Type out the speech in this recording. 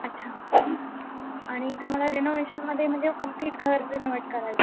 अच्छा आणि तुम्हाला रिनोवेशनमध्ये म्हणजे कम्प्लीट घर रिनोवेट कराय